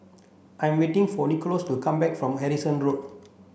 I'm waiting for Nikolas to come back from Harrison Road